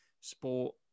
sport